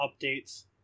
updates